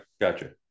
Gotcha